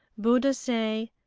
buddha say,